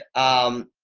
um,